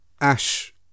Ash